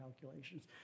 calculations